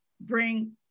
bring